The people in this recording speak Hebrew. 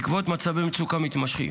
בעקבות מצבי מצוקה מתמשכים,